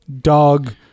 dog